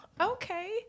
Okay